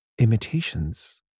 imitations